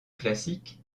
classique